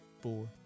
four